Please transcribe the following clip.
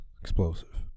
explosive